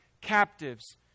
captives